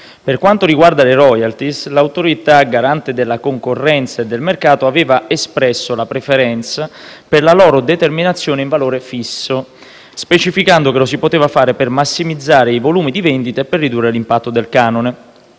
Per quanto riguarda le *royalty*, l'Autorità garante della concorrenza e del mercato aveva espresso la preferenza per la loro determinazione in valore fisso, specificando che lo si poteva fare per massimizzare i volumi di vendita e per ridurre l'impatto del canone,